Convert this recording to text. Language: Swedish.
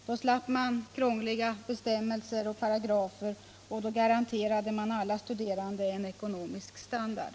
Då skulle man slippa alla krångliga bestämmelser och paragrafer, och då skulle alla studerande garanteras en viss ekonomisk standard.